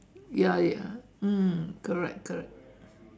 ya ya mm correct correct